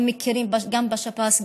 הם מכירים גם בשב"ס,